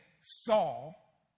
Saul